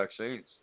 vaccines